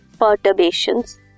perturbations